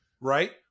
right